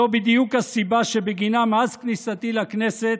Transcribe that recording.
זו בדיוק הסיבה שבגינה, מאז כניסתי לכנסת,